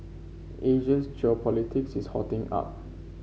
Asia's geopolitics is hotting up